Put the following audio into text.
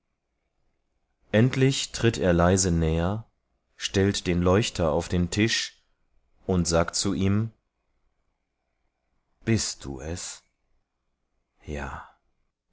dann tritt er näher heran stellt den leuchter auf den tisch und spricht zu ihm bist du es da